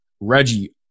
Reggie